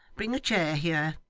bring a chair here